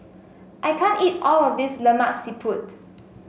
I can't eat all of this Lemak Siput